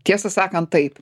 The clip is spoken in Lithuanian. tiesą sakan taip